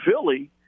Philly